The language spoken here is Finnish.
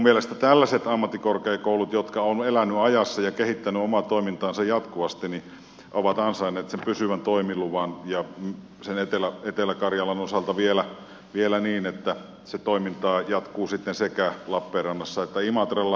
minun mielestäni tällaiset ammattikorkeakoulut jotka ovat eläneet ajassa ja kehittäneet omaa toimintaansa jatkuvasti ovat ansainneet sen pysyvän toimiluvan ja etelä karjalan osalta vielä niin että se toiminta jatkuu sekä lappeenrannassa että imatralla